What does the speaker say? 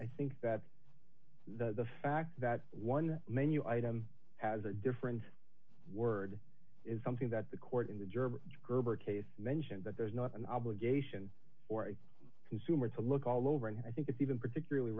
i think that the fact that one menu item has a different word is something that the court in the german gerber case mentioned that there's not an obligation or a consumer to look all over and i think it's even particularly